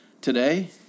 Today